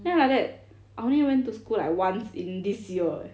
then I like that I only went to school like once in this year eh